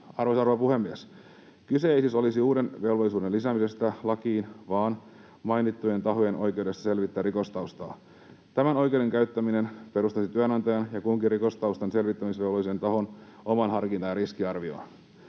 rouva puhemies! Kyse ei siis olisi uuden velvollisuuden lisäämisestä lakiin vaan mainittujen tahojen oikeudesta selvittää rikostaustaa. Tämän oikeuden käyttäminen perustuisi työnantajan ja kunkin rikostaustan selvittämisvelvollisen tahon omaan harkintaan ja riskiarvioon.